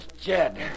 Jed